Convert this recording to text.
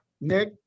Nick